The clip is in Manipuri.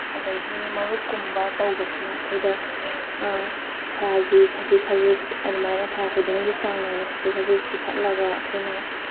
ꯑꯗꯨꯗꯒꯤ ꯃꯔꯨꯞꯀꯨꯝꯕ ꯇꯧꯕꯁꯤꯅ ꯑꯩꯈꯣꯏꯗ ꯊꯥꯒꯤ ꯈꯖꯤꯛ ꯈꯖꯤꯛ ꯑꯗꯨꯃꯥꯏꯅ ꯊꯥ ꯈꯨꯗꯤꯡꯒꯤ ꯆꯥꯡ ꯅꯥꯏꯅ ꯈꯖꯤꯛ ꯈꯖꯤꯛ ꯄꯤꯈꯠꯂꯒ ꯑꯩꯈꯣꯏꯅ